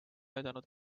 aidanud